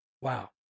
Wow